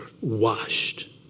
washed